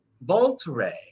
Voltaire